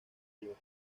york